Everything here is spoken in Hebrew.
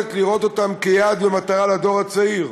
היכולת לראות אותן כיעד ומטרה לדור הצעיר.